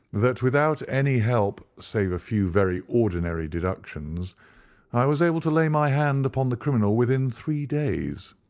that without any help save a few very ordinary deductions i was able to lay my hand upon the criminal within three days.